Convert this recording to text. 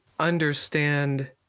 understand